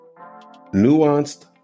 Nuanced